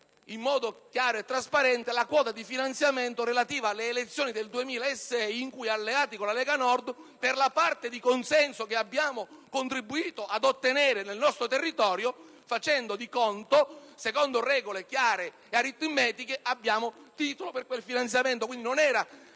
in modo chiaro e trasparente la quota di finanziamento relativa alle elezioni del 2006 in cui, alleati con la Lega Nord, per la parte di consenso che abbiamo contribuito ad ottenere nel nostro territorio, facendo di conto, secondo regole chiare ed aritmetiche, abbiamo avuto titolo per quel finanziamento. Quindi non era